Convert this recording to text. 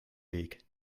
weg